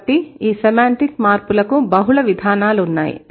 కాబట్టి ఈ సెమాంటిక్ మార్పులకు బహుళ విధానాలున్నాయి